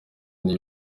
ndi